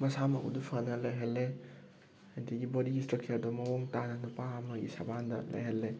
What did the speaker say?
ꯃꯁꯥ ꯃꯎꯗꯣ ꯐꯅ ꯂꯩꯍꯜꯂꯦ ꯍꯥꯏꯗꯤ ꯕꯣꯗꯤ ꯏꯁꯇ꯭ꯔꯛꯆꯔꯗꯣ ꯃꯑꯣꯡ ꯇꯥꯅ ꯅꯨꯄꯥ ꯑꯃꯒꯤ ꯁꯕꯥꯟꯗ ꯂꯩꯍꯜꯂꯦ